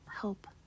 help